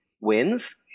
wins